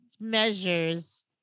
measures